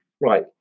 right